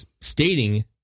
Stating